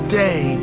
day